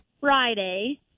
Friday